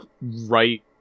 right